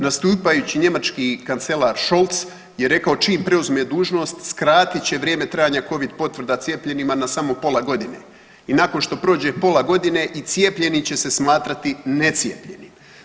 Nastupajući njemački kancelar Scholz je rekao čim preuzme dužnost skratit će vrijeme trajanja Covid potvrda cijepljenima na samo pola godine i nakon što prođe pola godine i cijepljeni će se smatrati necijepljenim.